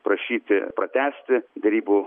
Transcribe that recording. prašyti pratęsti derybų